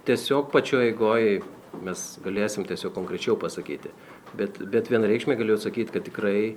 tiesiog pačioj eigoj mes galėsim tiesiog konkrečiau pasakyti bet bet vienareikšmiai galiu atsakyti kad tikrai